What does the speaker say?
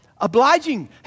Obliging